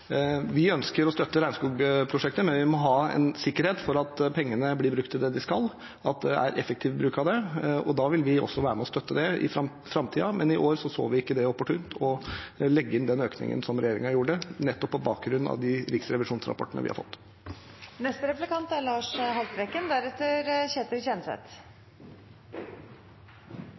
Vi ønsker å støtte regnskogprosjektet, men vi må ha sikkerhet for at pengene blir brukt til det de skal, at det er en effektiv bruk av dem. Da vil vi være med og støtte det i framtiden, men i år så vi det ikke opportunt å legge inn den økningen som regjeringen gjorde, nettopp på bakgrunn av de riksrevisjonsrapportene vi har fått. Det er